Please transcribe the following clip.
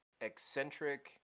eccentric